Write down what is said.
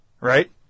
Right